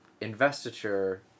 investiture